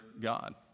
god